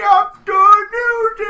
afternoon